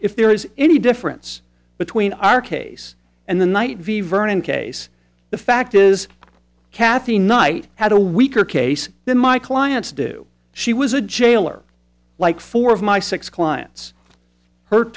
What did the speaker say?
if there is any difference between our case and the knight v vernon case the fact is kathy knight had a weaker case than my clients do she was a jailer like four of my six clients h